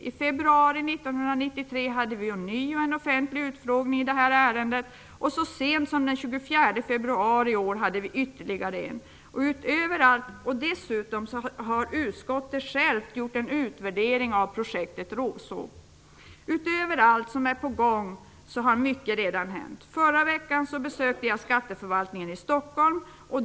I februari 1993 hade vi ånyo en offentlig utfrågning i ärendet, och så sent som den 24 februari i år hade vi ytterligare en. Dessutom har utskottet självt gjort en utvärdering av projektet RÅSOP. Utöver allt som är på gång har mycket redan hänt. Förra veckan besökte jag Skatteförvaltningen i Stockholm.